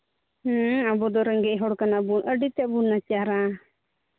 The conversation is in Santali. ᱦᱮᱸ ᱟᱵᱚ ᱫᱚ ᱨᱮᱸᱜᱮᱡ ᱦᱚᱲ ᱠᱟᱱᱟ ᱵᱚᱱ ᱟᱹᱰᱤ ᱛᱮᱫ ᱵᱚᱱ ᱱᱟᱪᱟᱨᱟ